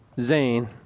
Zane